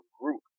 group